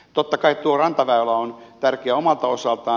totta kai tuo rantaväylä on tärkeä omalta osaltaan